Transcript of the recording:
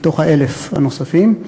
מתוך 1,000 הנוספים.